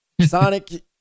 Sonic